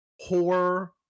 horror